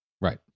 Right